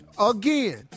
again